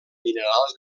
minerals